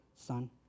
son